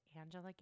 Angela